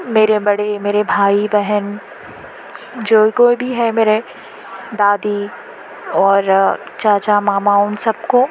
میرے بڑے میرے بھائی بہن جو کوئی بھی ہے میرے دادى اور چاچا ماما ان سب كو